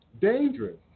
dangerous